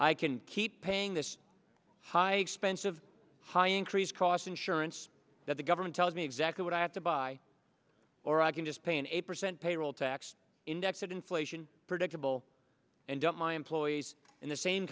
i can keep paying this high expensive high increase cost insurance that the government tells me exactly what i have to buy or i can just pay an eight percent payroll tax index that inflation predictable and don't my employees in the same